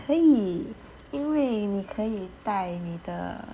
可以因为你可以带你的